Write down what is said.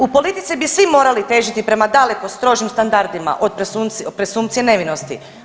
U politici bi svi morali težiti prema daleko strožim standardima od presumpcije nevinosti.